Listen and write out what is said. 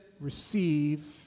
receive